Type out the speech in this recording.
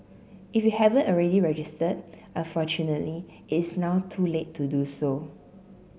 if you haven't already registered unfortunately it's now too late to do so